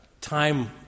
time